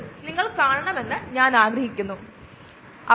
അതുപോലെ ഓർഗാനിസത്തിനെ ഉചിതമായ അളവിൽ സോളിഡ് ആയി ചേർക്കുന്നു